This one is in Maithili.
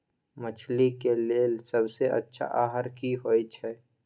मछली के लेल सबसे अच्छा आहार की होय छै?